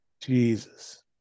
Jesus